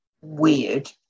weird